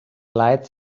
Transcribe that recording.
lights